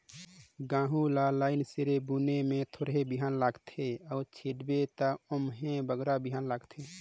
गहूँ ल लाईन सिरे बुने में थोरहें बीहन लागथे अउ छींट देबे ता ओम्हें बगरा बीहन लागथे